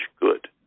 good